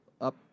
up